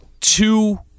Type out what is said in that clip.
two